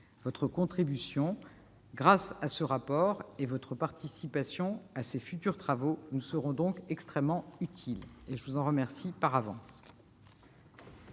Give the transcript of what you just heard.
votre contribution, grâce à ce rapport, et votre participation à ces futurs travaux nous seront extrêmement utiles. Je vous en remercie par avance.